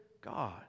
God